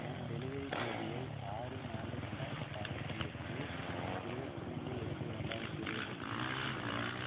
நான் டெலிவரி தேதியை ஆறு நாலு ரெண்டாயிரத்தி பதினெட்டிலிருந்து இருபத்ரெண்டு எட்டு ரெண்டாயிரத்தி இருபதுக்கு மாற்ற முடியுமா